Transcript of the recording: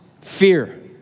fear